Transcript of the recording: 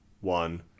one